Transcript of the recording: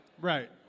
Right